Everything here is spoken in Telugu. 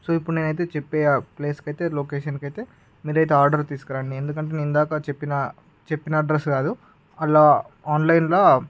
సో ఇప్పుడు నేను అయితే చెప్పే ప్లేస్కు అయితే లొకేషన్కు అయితే మీరైతే ఆర్డర్ తీసుకురండి ఎందుకు అంటే నేను ఇందాక చెప్పిన చెప్పిన అడ్రస్ కాదు అలా ఆన్లైన్లా